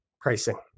pricing